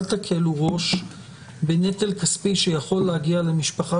אל תקלו ראש בנטל כספי שיכול להגיע למשפחה